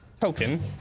token